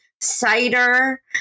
cider